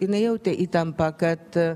jinai jautė įtampą kad